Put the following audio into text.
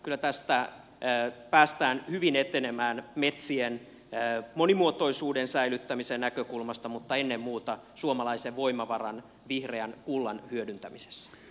kyllä tästä päästään hyvin etenemään metsien monimuotoisuuden säilyttämisen näkökulmasta mutta ennen muuta suomalaisen voimavaran vihreän kullan hyödyntämisessä